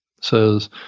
says